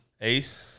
Ace